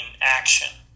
action